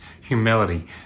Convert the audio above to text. humility